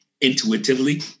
intuitively